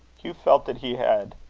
hugh felt that he had,